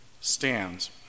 stands